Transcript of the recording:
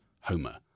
Homer